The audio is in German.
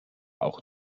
auch